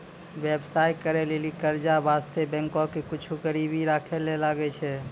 व्यवसाय करै लेली कर्जा बासतें बैंको के कुछु गरीबी राखै ले लागै छै